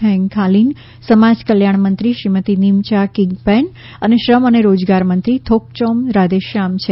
હેંગ ખાલીન સમાજ કલ્યાણ મંત્રી શ્રીમતી નિમયા કિગપેન અને શ્રમ અને રોજગાર મંત્રી થોકયોમ રાધેશ્યામ છે